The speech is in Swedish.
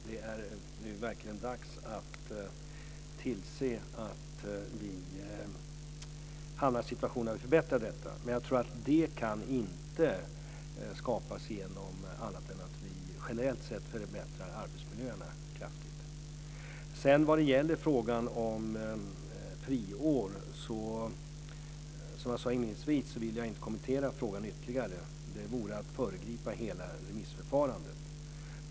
Det är nu verkligen dags att tillse att vi hamnar i en situation där vi förbättrar detta. Men jag tror inte att en sådan situation kan skapas på annat sätt än att vi generellt sett förbättrar arbetsmiljöerna kraftigt. Vad gäller frågan om friår vill jag, som jag sade inledningsvis, inte kommentera den ytterligare. Det vore att föregripa hela remissförfarandet.